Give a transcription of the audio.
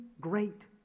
great